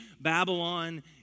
Babylon